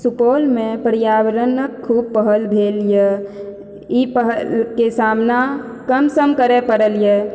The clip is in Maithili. सुपौलमे पर्यावरणक खुब पहल भेल यऽ ई पहलके सामना कम सम करे परल यऽ